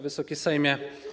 Wysoki Sejmie!